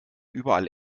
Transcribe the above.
überall